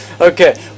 Okay